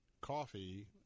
coffee